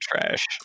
trash